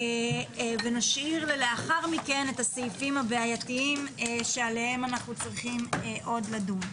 ונשאיר לאחר כך את הסעיפים הבעייתיים שעליהם אנחנו צריכים עוד לדון.